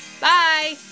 Bye